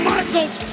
Michaels